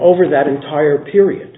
over that entire period